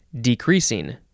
decreasing